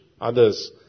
others